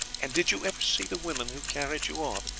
and did you ever see the women who carried you off?